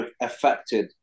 affected